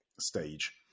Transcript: stage